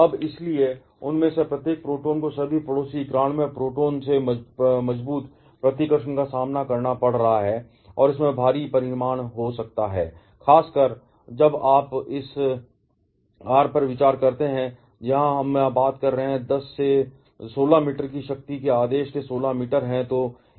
अब इसलिए उनमें से प्रत्येक प्रोटॉन को सभी पड़ोसी 91 प्रोटॉन से मजबूत प्रतिकर्षण का सामना करना पड़ रहा है और इसमें भारी परिमाण हो सकता है खासकर जब आप इस आर पर विचार करते हैं कि हम यहां बात कर रहे हैं 10 से 16 मीटर की शक्ति के आदेश के 16 मीटर है